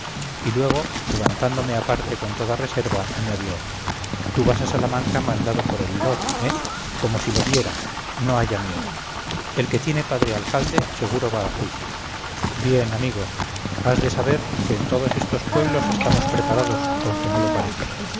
y luego llevándome aparte con toda reserva añadió tú vas a salamanca mandado por el lord eh como si lo viera no haya miedo el que tiene padre alcalde seguro va a juicio bien amigo has de saber que en todos estos pueblos estamos preparados aunque no lo parece